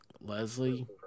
Leslie